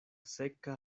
seka